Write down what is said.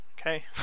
Okay